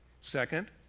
Second